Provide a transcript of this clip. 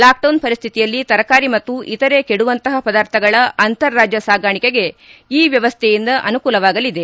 lockdown ಪರಿಸ್ತಿತಿಯಲ್ಲಿ ತರಕಾರಿ ಮತ್ತು ಇತರ ಕೆಡುವಂತಹ ಪದಾರ್ಥಗಳ ಅಂತರ ರಾಜ್ಯ ಸಾಗಾಣಿಕೆಗೆ ಈ ವ್ಯವಸ್ಥೆಯಿಂದ ಅನುಕೂಲವಾಗಲಿದೆ